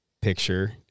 picture